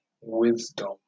wisdom